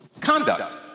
conduct